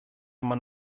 man